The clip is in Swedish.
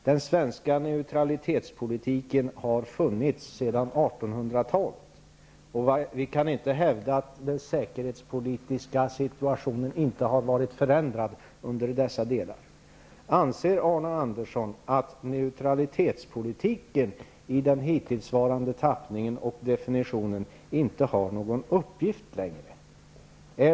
Den svenska neutralitetspolitiken har funnits sedan 1800-talet. Vi kan inte hävda att den säkerhetspolitiska situationen inte har förändrats. Anser Arne Andersson att neutralitetspolitiken i den hittillsvarande tappningen och definitionen inte har någon uppgift längre?